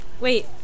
Wait-